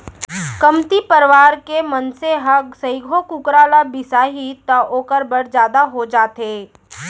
कमती परवार के मनसे ह सइघो कुकरा ल बिसाही त ओकर बर जादा हो जाथे